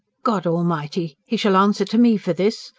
god almighty! he shall answer to me for this.